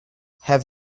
have